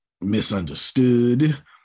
misunderstood